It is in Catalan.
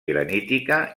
granítica